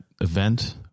event